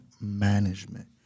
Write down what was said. management